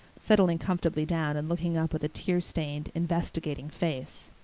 settling comfortably down and looking up with a tearstained, investigating face.